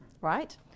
right